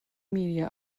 media